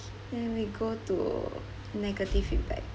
then we go to negative feedback